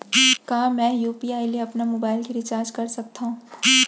का मैं यू.पी.आई ले अपन मोबाइल के रिचार्ज कर सकथव?